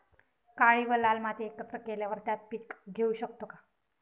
काळी व लाल माती एकत्र केल्यावर त्यात पीक घेऊ शकतो का?